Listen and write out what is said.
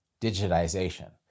digitization